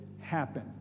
happen